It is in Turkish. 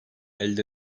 elde